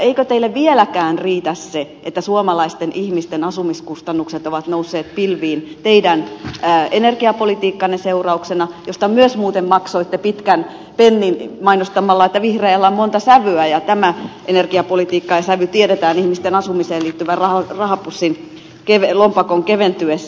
eikö teille vieläkään riitä se että suomalaisten ihmisten asumiskustannukset ovat nousseet pilviin tämän teidän energiapolitiikkanne seurauksena josta myös muuten maksoitte pitkän pennin mainostamalla että vihreällä on monta sävyä ja tämä energiapolitiikka ja sävy tiedetään ihmisten asumiseen liittyvän lompakon keventyessä